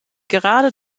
gerade